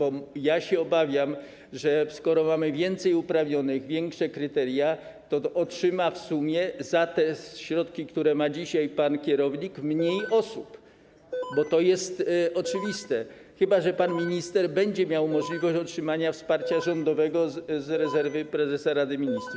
Obawiam się, że skoro mamy więcej uprawnionych, szersze kryteria, to otrzyma w sumie tych środków, które ma dzisiaj pan kierownik, mniej osób, bo to jest oczywiste, chyba że pan minister będzie miał możliwość otrzymania wsparcia rządowego z rezerwy prezesa Rady Ministrów.